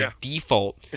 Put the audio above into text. default